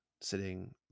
sitting